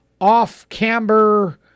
off-camber